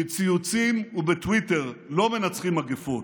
בציוצים ובטוויטר לא מנצחים מגפות.